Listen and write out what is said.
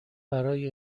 برای